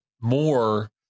more